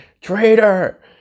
Traitor